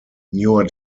newer